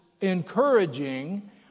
encouraging